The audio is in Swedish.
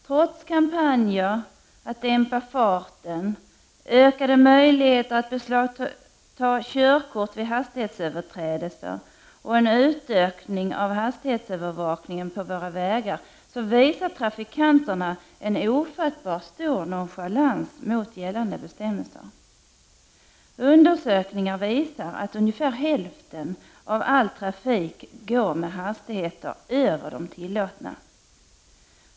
Trots kampanjer att dämpa farten, ökade möjligheter att beslagta körkort vid hastighetsöverträdelser och en utökning av hastighetsövervakningen på våra vägar visar trafikanterna en ofattbart stor nonchalans mot gällande bestämmelser. Undersökningar visar att ungefär hälften av all trafik går med hastigheter över de tillåtna.